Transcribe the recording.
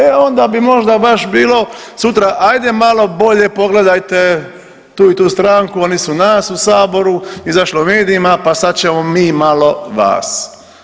E onda bi možda baš bilo sutra hajde malo bolje pogledajte tu i tu stranku, oni su nas u Saboru, izašlo u medijima, pa sad ćemo mi malo vas.